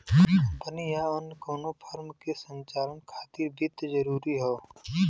company या अन्य कउनो फर्म के संचालन खातिर वित्त जरूरी हौ